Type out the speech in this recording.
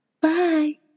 Bye